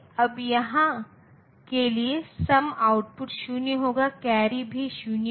अब मैं 8 नहीं ले सकता हूँ क्योंकि यह 56 बना देगा